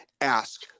ask